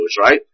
right